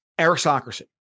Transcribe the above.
Aristocracy